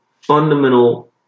fundamental